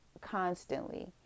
constantly